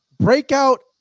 breakout